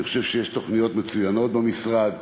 אני חושב שיש תוכניות מצוינות במשרד.